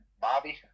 Bobby